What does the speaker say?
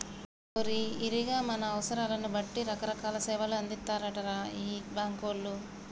ఓరి ఈరిగా మన అవసరాలను బట్టి రకరకాల సేవలు అందిత్తారటరా ఈ బాంకోళ్లు